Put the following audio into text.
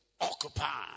occupy